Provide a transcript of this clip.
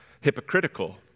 hypocritical